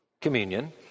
communion